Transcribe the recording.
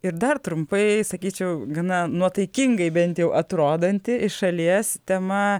ir dar trumpai sakyčiau gana nuotaikingai bent jau atrodanti iš šalies tema